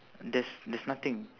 there's there's nothing